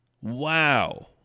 wow